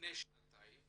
לפני שנתיים